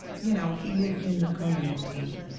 you know. he lived in the community.